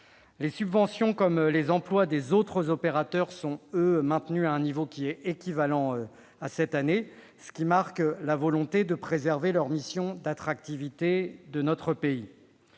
Les subventions et les emplois des autres opérateurs sont, eux, maintenus à un niveau équivalent à celui de 2018, ce qui marque la volonté de préserver leurs missions en matière d'attractivité de notre pays.